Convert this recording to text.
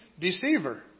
Deceiver